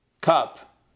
cup